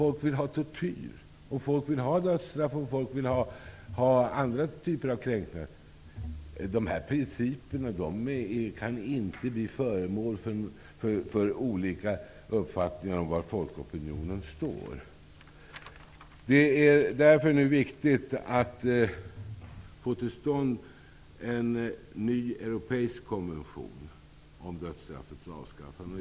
Hur skulle det bli om folk vill ha tortyr, dödsstraff och andra typer av kränkningar? Dessa principer kan inte bli föremål för olika uppfattningar om var folkopinionen står. Det är därför viktigt att få till stånd en ny europeisk konvention om dödsstraffets avskaffande.